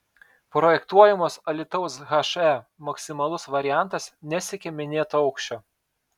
projektuojamos alytaus he maksimalus variantas nesiekia minėto aukščio